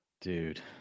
Dude